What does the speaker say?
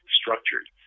structured